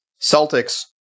Celtics